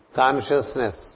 consciousness